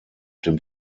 dem